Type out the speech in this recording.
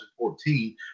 2014